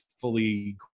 fully